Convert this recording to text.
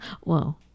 Whoa